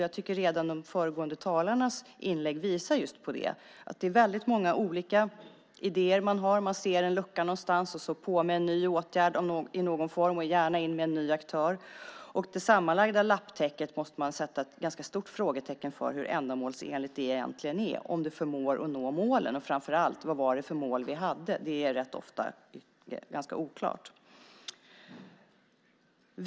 Jag tycker redan de föregående talarnas inlägg visar just på det. Man har väldigt många idéer. Man ser en lucka någonstans, och så sätter man dit en ny åtgärd i någon form och tar gärna in en ny aktör. Det sammanlagda lapptäcket måste man sätta ett ganska stort frågetecken för. Hur ändamålsenligt är det egentligen? Förmår man att nå målen? Och, framför allt, vad var det för mål vi hade? Det är rätt ofta ganska oklart.